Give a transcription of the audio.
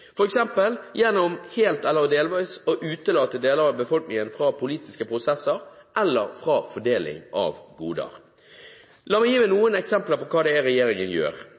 gjennom helt eller delvis å utelate deler av befolkningen fra politiske prosesser eller fra fordeling av goder. La meg gi noen eksempler på hva regjeringen gjør.